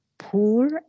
poor